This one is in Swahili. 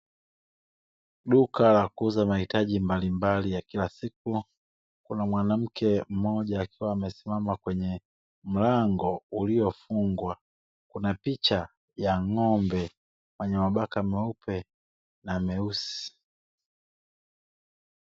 Duka la kuuza mahitaji mbalimbali ya kila siku, kuna mwanamke mmoja akiwa amesimama kwenye mlango uliofungwa, kuna picha ya ng'ombe mwenye mabaka meupe na meusi.